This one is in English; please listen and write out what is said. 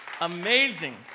Amazing